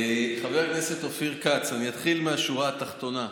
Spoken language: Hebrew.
חבר הכנסת אופיר כץ, אני אתחיל מהשורה התחתונה.